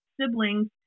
siblings